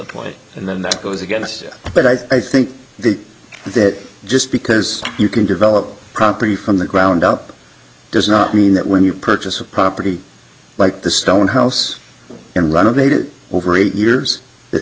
play and then that goes against but i think that just because you can develop property from the ground up does not mean that when you purchase a property like the stone house and run it made it over eight years that